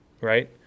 right